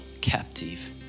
captive